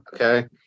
Okay